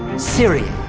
syria,